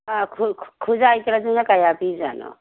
ꯑꯥ ꯈꯨꯖꯥꯏꯀꯗꯨꯅ ꯀꯌꯥ ꯄꯤꯔꯤ ꯖꯥꯠꯅꯣ